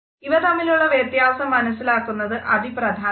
ഇവ തമ്മിലുള്ള വ്യത്യാസം മനസിലാക്കുന്നത് അതിപ്രധാനമാണ്